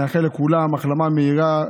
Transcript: נאחל לכולם החלמה מהירה,